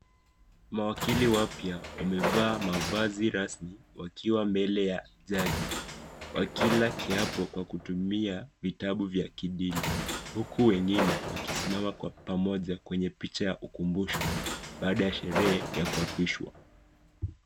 Mawakili wapya wamevaa mavazi rasmi wakiwa mbele ya jaji, wakila kiapo kwa kutumia vitabu vya kidini, huku wengine wakisimama kwa pamoja kwenye picha ya ukumbusho baada ya sherehe ya kuapishwa.